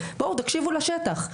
כביכול, בואו, תקשיבו לשטח.